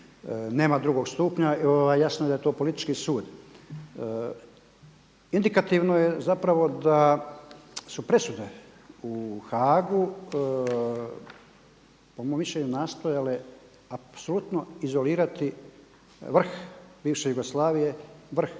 nema drugog stupnja, jasno je da je to politički sud. Indikativno je zapravo da su presude u Haagu po mom mišljenju nastojale apsolutno izolirati vrh bivše Jugoslavije, vrh